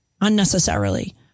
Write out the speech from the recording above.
unnecessarily